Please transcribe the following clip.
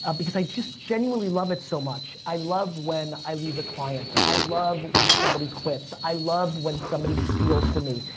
ah because i just genuinely love it so much, i love when i lose a client, i love when somebody quits, i love when somebody steals from me,